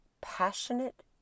passionate